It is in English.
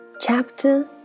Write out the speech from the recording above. Chapter